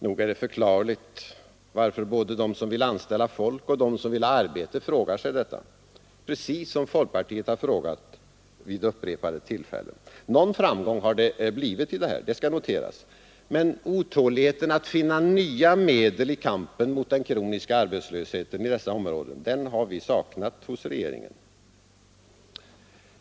Nog är det förklarligt att både de som vill anställa folk och de som vill ta arbete frågar sig det — precis som folkpartiet har frågat vid upprepade tillfällen. Någon framgång har det blivit, det skall noteras. Men otåligheten att finna nya medel i kampen mot den kroniska arbetslösheten i dessa områden, den har vi saknat hos regeringen.